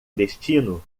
destino